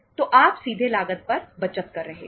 तो आप सीधे लागत पर बचत कर रहे हैं